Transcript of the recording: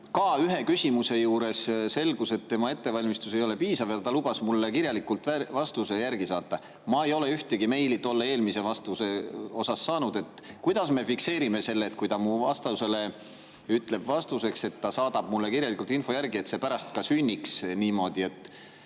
ja ühe küsimuse juures selgus samuti, et tema ettevalmistus ei ole piisav, ja ta lubas mulle kirjalikult vastuse järgi saata. Ma ei ole ühtegi meili tolle eelmise küsimuse vastuseks saanud. Kuidas me fikseerime selle, et kui ta ütleb mu [küsimusele] vastuseks, et ta saadab mulle kirjalikult info järgi, siis see pärast ka sünnib niimoodi? Kas